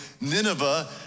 Nineveh